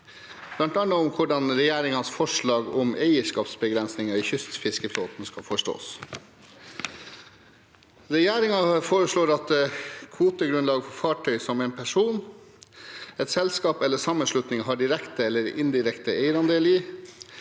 – Muntlig spørretime 2024 om eierskapsbegrensninger i kystfiskeflåten skal forstås. Regjeringen foreslår at kvotegrunnlag for fartøy som en person, et selskap eller en sammenslutning har direkte eller indirekte eierandel i,